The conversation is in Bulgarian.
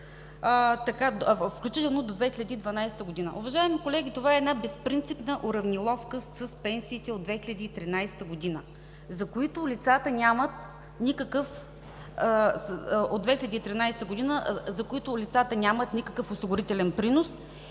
включително. Уважаеми колеги, това е една безпринципна уравниловка с пенсиите от 2013 г., за които лицата нямат никакъв осигурителен принос